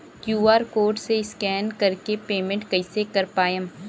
QR code से scan कर के पेमेंट कइसे कर पाएम?